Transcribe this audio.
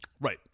Right